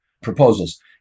proposals